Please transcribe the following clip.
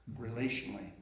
relationally